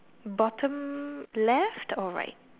bottom left or right